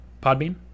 Podbean